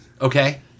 okay